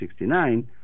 1969